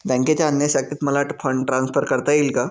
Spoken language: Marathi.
बँकेच्या अन्य शाखेत मला फंड ट्रान्सफर करता येईल का?